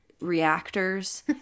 reactors